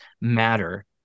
matter